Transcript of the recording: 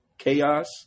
Chaos